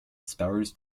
sparrows